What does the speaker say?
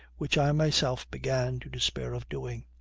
which i myself began to despair of doing.